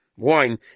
Wine